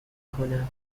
کنم